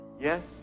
Yes